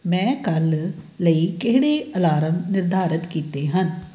ਮੈਂ ਕੱਲ੍ਹ ਲਈ ਕਿਹੜੇ ਅਲਾਰਮ ਨਿਰਧਾਰਤ ਕੀਤੇ ਹਨ